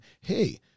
Hey